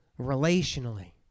Relationally